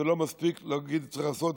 זה לא מספיק להגיד, צריך לעשות.